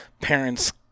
parents